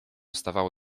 stawało